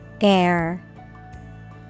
Air